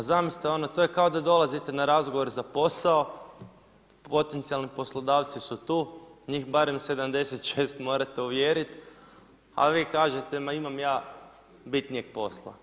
Pa zamislite, to je kao da dolazite na razgovor za posao, potencijalni poslodavci su tu, njih barem 76 morate uvjerit, a vi kažete ma imam ja bitnijeg posla.